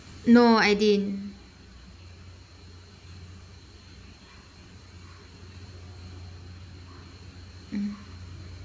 no I didn't mm